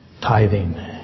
tithing